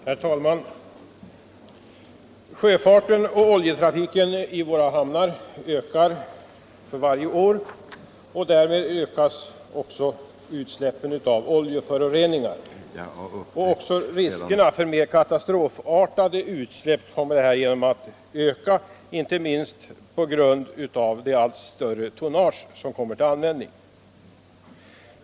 Herr talman! Sjöfarten och oljetrafiken till våra hamnar ökar för varje år. Därigenom ökas också utsläppen av oljeföroreningar. Riskerna för mer katastrofartade oljeutsläpp kommer härigenom också att öka, inte minst på grund av det allt större tonnage som kommer till användning.